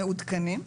מעודכנים,